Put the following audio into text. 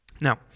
Now